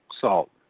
salt